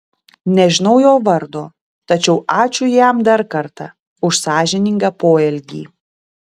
nežinau jo vardo tačiau ačiū jam dar kartą už sąžiningą poelgį